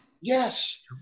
Yes